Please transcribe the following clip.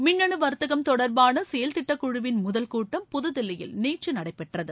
மின்னு வர்த்தகம் தொடர்பான செயல்திட்ட குழுவின் முதல் கூட்டம் புதுதில்லியில் நேற்று நடைபெற்றது